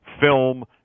film